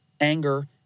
anger